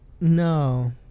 No